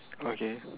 okay